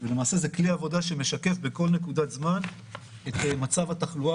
זה כלי עבודה שמשקף בכל נקודת זמן את מצב התחלואה